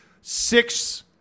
six